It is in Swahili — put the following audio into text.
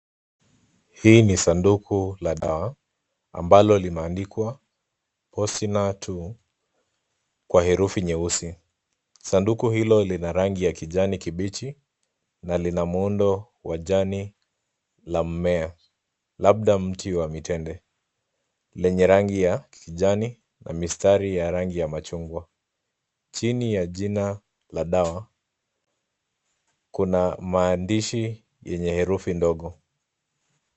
Hii ni sanduku la dawa ambalo lime andikwa POSTINOR 2 kwa rangi nyeusi. Sanduku hilo lina rangi ya kijani kibichi na lina muundo wa jani wa mmea, labda mti wa mitende yenye rangi ya kijani na mistari ya machungwa. Chini ya jina la dawa kuna maandishi yenye herufi ndogo.